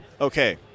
okay